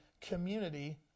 community